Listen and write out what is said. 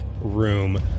room